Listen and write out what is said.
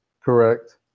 Correct